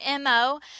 MO